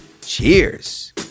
Cheers